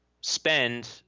spend